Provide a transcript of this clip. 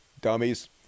Dummies